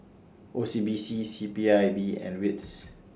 O C B C C P I B and WITS